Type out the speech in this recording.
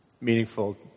meaningful